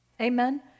Amen